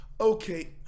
Okay